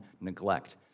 neglect